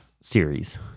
series